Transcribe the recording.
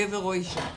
גבר או אישה,